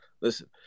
listen